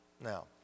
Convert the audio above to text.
Now